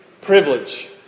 privilege